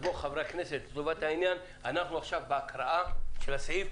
אז לטובת העניין אנחנו עכשיו בהקראה של הסעיף,